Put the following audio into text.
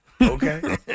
Okay